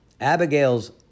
Abigail's